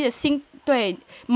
的心跳马上你的 baby